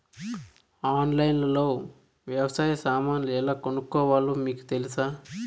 ఆన్లైన్లో లో వ్యవసాయ సామాన్లు ఎలా కొనుక్కోవాలో మీకు తెలుసా?